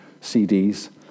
CDs